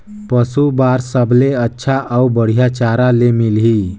पशु बार सबले अच्छा अउ बढ़िया चारा ले मिलही?